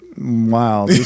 wow